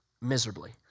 Miserably